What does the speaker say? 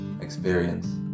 experience